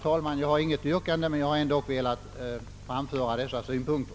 Jag har, herr talman, inget yrkande, men jag har ändå velat framföra dessa synpunkter.